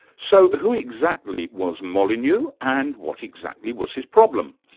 so who exactly was molyneux, and what exactly was his problem?